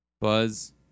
Buzz